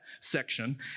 section